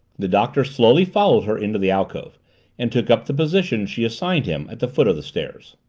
the doctor slowly followed her into the alcove and took up the position she assigned him at the foot of the stairs.